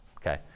Okay